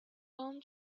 palm